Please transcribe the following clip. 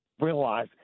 realize